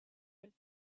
with